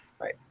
Right